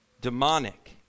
demonic